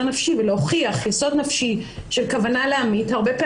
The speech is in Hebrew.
הכוונה שאתה אני יכולה להוכיח את הכוונה להמית.